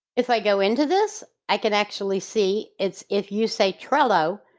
if i go into this, i can actually see it's if you say trello,